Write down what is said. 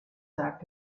sagt